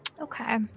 Okay